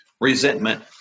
resentment